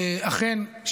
אכן,